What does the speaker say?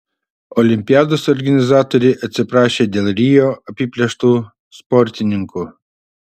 olimpiados organizatoriai atsiprašė dėl rio apiplėštų sportininkų